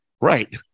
Right